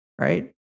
Right